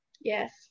Yes